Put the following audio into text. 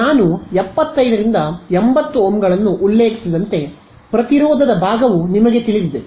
ನಾನು 75 80 ಓಮ್ಗಳನ್ನು ಉಲ್ಲೇಖಿಸಿದಂತೆ ಪ್ರತಿರೋಧದ ಭಾಗವು ನಿಮಗೆ ತಿಳಿದಿದೆ